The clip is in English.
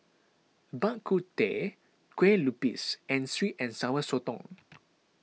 Bak Kut Teh Kue Lupis and Sweet and Sour Sotong